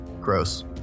gross